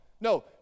No